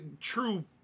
true